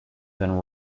than